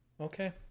okay